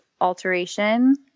alteration